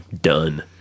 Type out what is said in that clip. Done